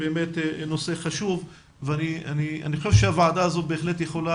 באמת נושא חשוב ואני חושב שהוועדה הזו בהחלט יכולה